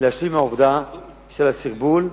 להשלים עם העובדה של הסרבול,